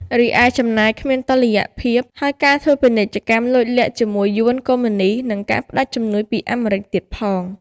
រីឯចំណាយគ្មានតុល្យភាព ហើយការធ្វើពាណិជ្ជកម្មលួចលាក់ជាមួយយួនកុម្មុយនីស្ស និងការផ្តាច់ជំនួយពីអាមេរិចទៀតផង។